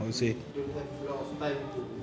we don't have a lot of time to